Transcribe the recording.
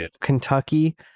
Kentucky